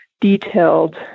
detailed